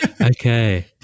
okay